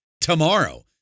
tomorrow